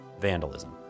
vandalism